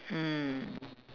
mm